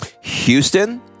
Houston